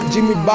Jimmy